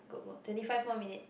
good good twenty five more minute